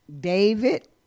David